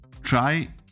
try